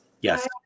Yes